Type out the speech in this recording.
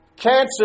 Cancer